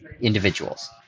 individuals